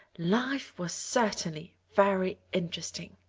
life was certainly very interesting.